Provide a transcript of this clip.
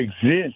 exist